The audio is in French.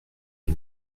les